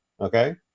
Okay